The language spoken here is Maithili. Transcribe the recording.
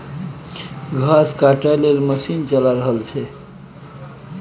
घास काटय लेल मशीन चला रहल छै